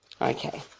Okay